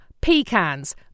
pecans